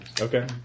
Okay